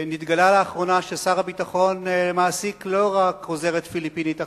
נתגלה לאחרונה ששר הביטחון מעסיק לא רק עוזרת פיליפינית אחת,